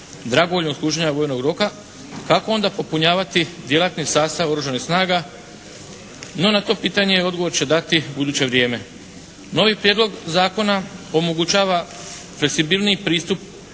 dragovoljnog služenja vojnog roka, kako onda popunjavati djelatni sastav oružanih snaga. No na to pitanje odgovor će dati buduće vrijeme. Novi Prijedlog zakona omogućava fleksibilniji pristup